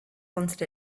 wanted